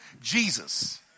Jesus